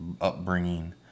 upbringing